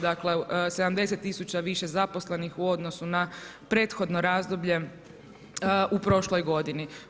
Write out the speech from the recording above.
Dakle, 70 tisuća više zaposlenih u odnosu na prethodno razdoblje u prošloj godini.